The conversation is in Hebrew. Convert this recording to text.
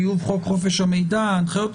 של טיוב חוק חופש המידע והנחיות,